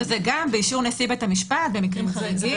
זה גם, באישור נשיא בית המשפט, במקרים חריגים.